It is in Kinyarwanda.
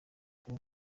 rugo